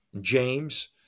James